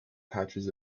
patches